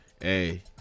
hey